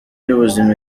y’ubuzima